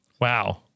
Wow